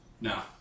No